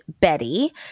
Betty